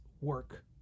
work